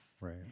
Right